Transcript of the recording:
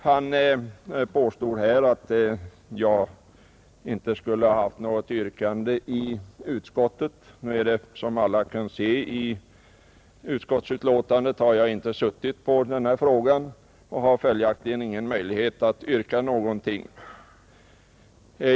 Han påstod att jag inte skulle ha haft något yrkande i utskottet. Nu är det, som alla kan se av utskottsbetänkandet, så att jag inte suttit på den här frågan, och jag har följaktligen inte haft möjlighet att yrka någonting.